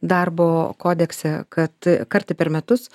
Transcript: darbo kodekse kad kartą per metus